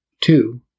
Two